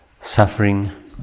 suffering